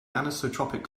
anisotropic